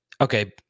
Okay